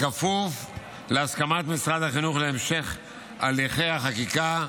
בכפוף להסכמת משרד החינוך להמשך הליכי החקיקה,